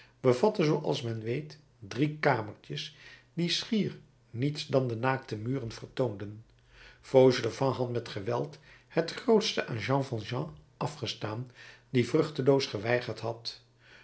bevatte zooals men weet drie kamertjes die schier niets dan de naakte muren vertoonden fauchelevent had met geweld het grootste aan jean valjean afgestaan die vruchteloos geweigerd had